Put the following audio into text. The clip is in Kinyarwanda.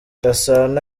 gasana